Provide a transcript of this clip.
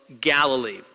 Galilee